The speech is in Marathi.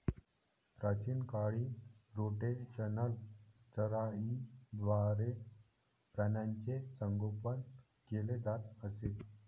प्राचीन काळी रोटेशनल चराईद्वारे प्राण्यांचे संगोपन केले जात असे